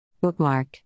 Bookmark